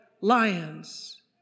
lions